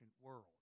world